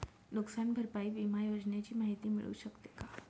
नुकसान भरपाई विमा योजनेची माहिती मिळू शकते का?